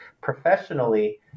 professionally